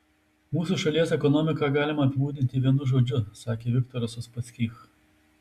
mūsų šalies ekonomiką galima apibūdinti vienu žodžiu sakė viktoras uspaskich